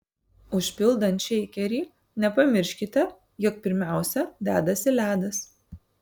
užpildant šeikerį nepamirškite jog pirmiausia dedasi ledas